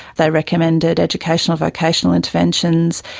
they recommended educational vocational interventions,